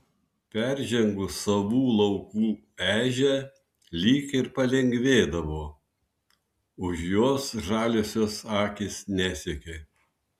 peržengus savų laukų ežią lyg ir palengvėdavo už jos žaliosios akys nesekė